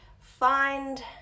find